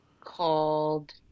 called